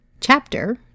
Chapter